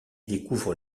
découvre